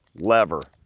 lever,